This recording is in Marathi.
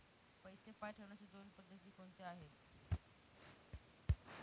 पैसे पाठवण्याच्या दोन पद्धती कोणत्या आहेत?